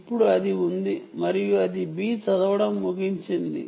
ఇప్పుడు అది ఉంది మరియు అది చదవడం ముగించింది